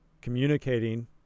communicating